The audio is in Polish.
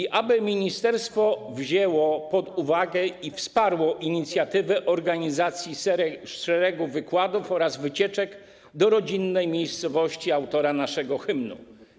I aby ministerstwo wzięło pod uwagę i wsparło inicjatywę organizacji szeregu wykładów oraz wycieczek do rodzinnej miejscowości autora naszego hymnu.